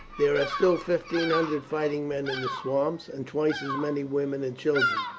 there are still fifteen hundred fighting men in the swamps, and twice as many women and children.